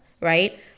right